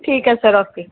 ਠੀਕ ਹੈ sir okay